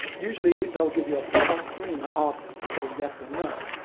usually they will give you a pop-up screen that asks to say yes or no.